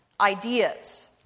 ideas